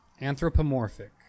Anthropomorphic